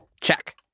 Check